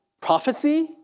prophecy